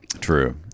true